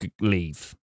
leave